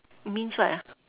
it means what ah